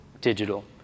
digital